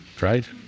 right